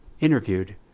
interviewed